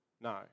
No